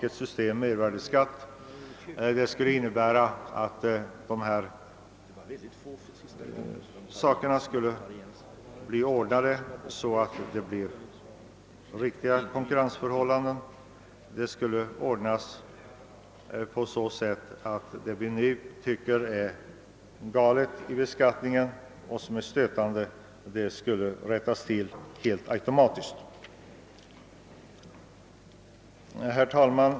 Alla dessa missförhållanden skulle emellertid kunna rättas till, om vi fick ett system med mervärdeskatt. Det vi nu tycker är felaktigt och stötande i beskattningen skulle då rättas till helt automatiskt. Herr talman!